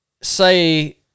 say